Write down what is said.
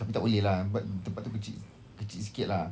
the only lah but the buttons ge ge which is good lah